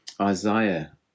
Isaiah